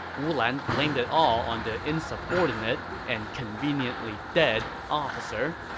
wu lan blamed it all on the insubordinate, and conveniently dead, officer.